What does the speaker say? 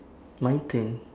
my turn